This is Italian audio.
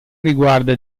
riguarda